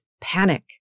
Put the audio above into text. Panic